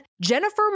Jennifer